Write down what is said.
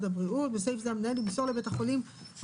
בית חולים אחר כמו בית חולים זיו.